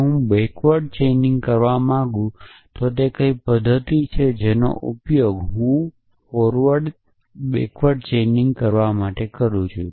જો હું પાછલા ચેઇનિંગ કરવા માંગું છું તો તે કઈ પદ્ધતિ છે જેનો ઉપયોગ હું પાછલા ચેઇનિંગ કરવા માટે કરું છું